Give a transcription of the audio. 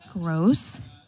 Gross